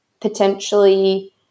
potentially